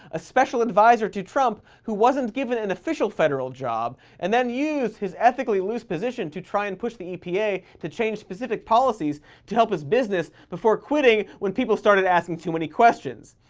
a special advisor to trump who wasn't given an official federal job and then used his ethically-loose position to try and push the epa to change specific policies to help his business before quitting when people started asking too many questions.